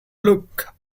look